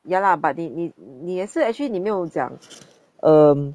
ya lah but they 你你你也是 actually 你没有讲 um